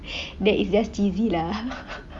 that is just T_V lah